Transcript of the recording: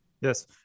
Yes